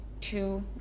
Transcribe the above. two